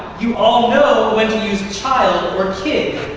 you all know when to use child or kid,